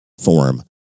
form